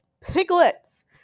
Piglets